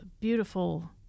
beautiful